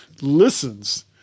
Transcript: listens